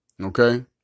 Okay